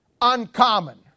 uncommon